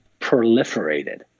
proliferated